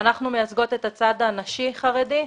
אנחנו מייצגות את הצד הנשי חרדי.